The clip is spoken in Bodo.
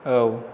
औ